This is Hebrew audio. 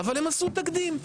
אבל הם עשו תקדים.